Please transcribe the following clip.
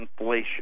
inflation